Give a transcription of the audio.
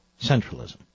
centralism